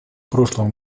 прошлом